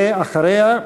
ואחריה,